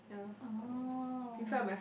oh